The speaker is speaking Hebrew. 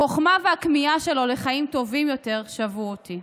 החוכמה והכמיהה שלו לחיים טובים יותר שבו אותי.